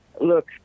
Look